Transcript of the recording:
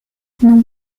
non